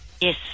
Yes